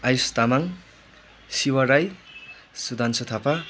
Ayush Tamang Shiv Rai Sudhanshu Thapa